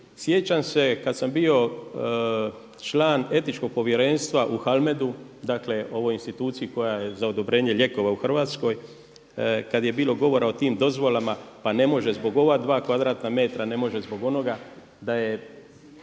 sjećam se kad sam bio član Etičkog povjerenstva u Halmedu, dakle u ovoj instituciji koja je za odobrenje lijekova u Hrvatskoj, kad je bilo govora o tim dozvolama, pa ne može zbog ova dva kvadratna metra, ne može zbog onoga, da je